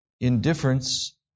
Indifference